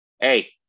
Hey